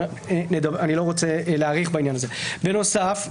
אבל אני לא רוצה להאריך בעניין הזה בנוסף,